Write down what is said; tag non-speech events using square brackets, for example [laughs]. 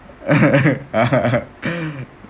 [laughs]